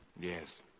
yes